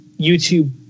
YouTube